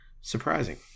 Surprising